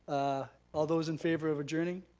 ah all those in favor of adjourning?